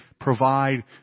provide